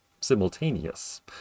simultaneous